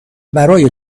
برای